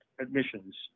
admissions